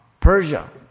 Persia